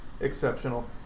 exceptional